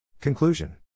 Conclusion